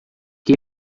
que